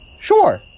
sure